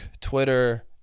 twitter